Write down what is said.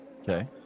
Okay